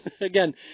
Again